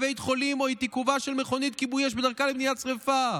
לבית חולים או את עיכובה של מכונית כיבוי אש בדרכה למניעת שרפה".